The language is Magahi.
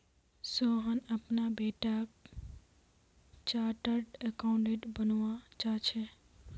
सोहन अपना बेटाक चार्टर्ड अकाउंटेंट बनवा चाह्चेय